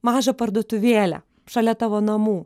mažą parduotuvėlę šalia tavo namų